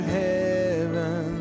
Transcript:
heaven